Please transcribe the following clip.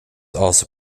also